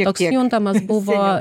toks juntamas buvo